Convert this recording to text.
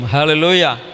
Hallelujah